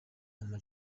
ama